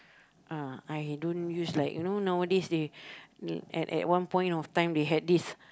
ah I don't use like you know nowadays they at at one point of time they had this